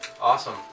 Awesome